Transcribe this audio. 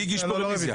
מי הגיש פה רביזיה?